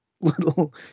little